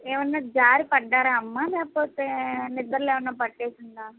ఏమైనా జారి పడ్డారా అమ్మా లేకపోతే నిద్రలో ఏమైనా పట్టేసిందా